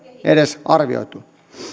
edes arvioitu